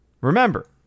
remember